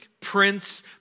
prince